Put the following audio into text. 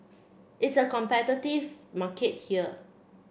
it's a competitive market here